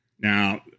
Now